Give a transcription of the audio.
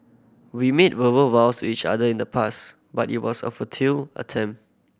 we made verbal vows to each other in the past but it was a futile attempt